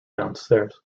downstairs